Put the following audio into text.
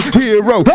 hero